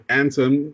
anthem